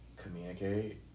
communicate